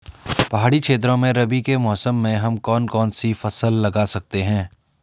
पहाड़ी क्षेत्रों में रबी के मौसम में हम कौन कौन सी फसल लगा सकते हैं?